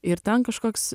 ir ten kažkoks